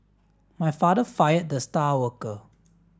my father fired the star worker